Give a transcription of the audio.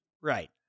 Right